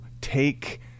take